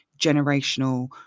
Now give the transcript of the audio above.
generational